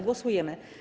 Głosujemy.